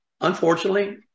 unfortunately